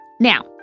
Now